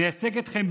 נייצג אתכם,